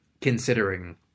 considering